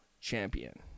champion